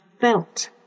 felt